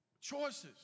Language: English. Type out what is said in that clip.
Choices